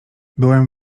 byłem